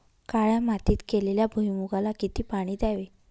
काळ्या मातीत केलेल्या भुईमूगाला किती पाणी द्यावे?